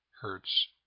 hertz